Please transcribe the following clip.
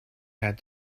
had